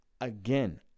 again